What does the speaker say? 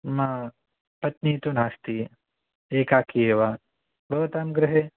मम पत्नी तु नास्ति एकाकी एव भवतां गृहे